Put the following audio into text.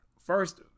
first